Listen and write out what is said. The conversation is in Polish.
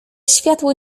światło